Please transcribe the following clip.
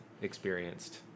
experienced